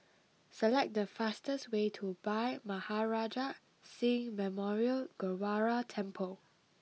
select the fastest way to Bhai Maharaj Singh Memorial Gurdwara Temple